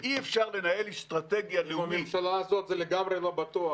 ואי-אפשר לנהל אסטרטגיה לאומית --- עם הממשלה הזאת זה לגמרי לא בטוח,